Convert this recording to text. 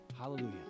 Hallelujah